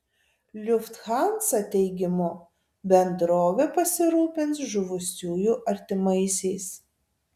lufthansa teigimu bendrovė pasirūpins žuvusiųjų artimaisiais